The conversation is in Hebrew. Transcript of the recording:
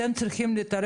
פתרונות שיש לי להגיד